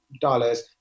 dollars